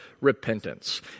repentance